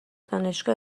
دانشگاه